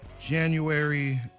January